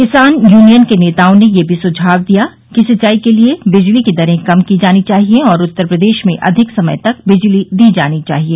किसान यूनियन के नेताओं ने यह भी सुझाव दिया कि सिंचाई के लिए बिजली की दरें कम की जानी चाहिए और उत्तर प्रदेश में अधिक समय तक बिजली दी जानी चाहिए